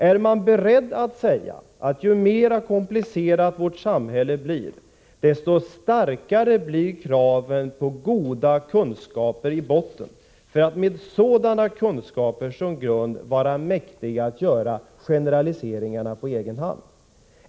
Är regeringen beredd att säga: Ju mer komplicerat vårt samhälle blir, desto starkare blir kraven på goda kunskaper i botten för att eleverna med sådana kunskaper som grund skall vara mäktiga att göra generaliseringar på egen hand?